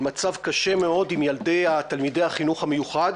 מצב קשה מאוד עם תלמידי החינוך המיוחד.